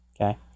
okay